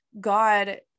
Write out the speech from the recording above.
God